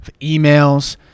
emails